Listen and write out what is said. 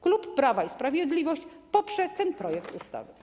Klub Prawo i Sprawiedliwość poprze ten projekt ustawy.